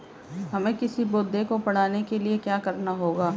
हमें किसी पौधे को बढ़ाने के लिये क्या करना होगा?